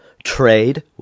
trade